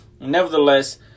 nevertheless